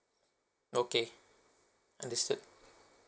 okay understood